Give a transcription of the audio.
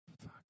Fuck